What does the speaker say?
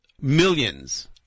millions